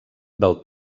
del